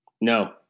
no